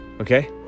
okay